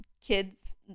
kids